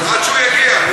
עד שהוא יגיע.